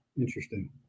Interesting